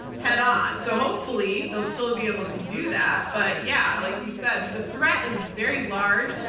head on. so hopefully they'll still be able to do that. but yeah, like you said, the threat is very large.